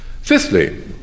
Fifthly